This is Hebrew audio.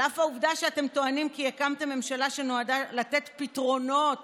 על אף העובדה שאתם טוענים כי הקמתם ממשלה שנועדה לתת פתרונות